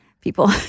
people